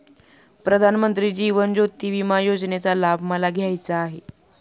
प्रधानमंत्री जीवन ज्योती विमा योजनेचा लाभ मला घ्यायचा आहे